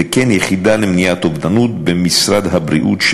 וכן יחידה למניעת אובדנות במשרד הבריאות,